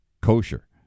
kosher